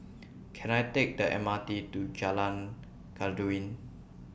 Can I Take The M R T to Jalan Khairuddin